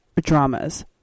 dramas